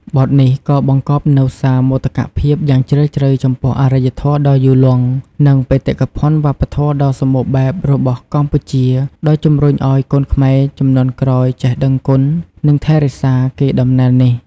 បទនេះក៏បង្កប់នូវសារមោទកភាពយ៉ាងជ្រាលជ្រៅចំពោះអរិយធម៌ដ៏យូរលង់ និងបេតិកភណ្ឌវប្បធម៌ដ៏សម្បូរបែបរបស់កម្ពុជា ដោយជំរុញឲ្យកូនខ្មែរជំនាន់ក្រោយចេះដឹងគុណ និងថែរក្សាកេរដំណែលនេះ។